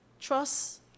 trust